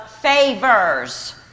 favors